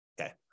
Okay